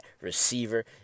receiver